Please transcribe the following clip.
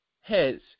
heads